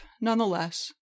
nonetheless